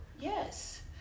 Yes